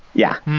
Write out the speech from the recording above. yeah.